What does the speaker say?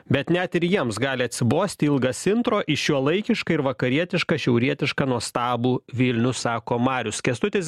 bet net ir jiems gali atsibosti ilgas intro į šiuolaikišką ir vakarietišką šiaurietišką nuostabų vilnių sako marius kęstutis